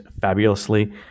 fabulously